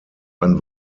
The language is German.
ein